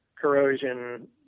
corrosion